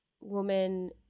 woman